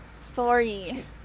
story